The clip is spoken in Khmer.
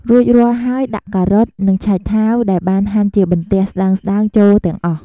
រួចរាល់ហើយដាក់ការ៉ុត និងឆៃថាវដែលបានហាន់ជាបន្ទះស្តើងៗចូលទាំងអស់។